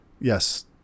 yes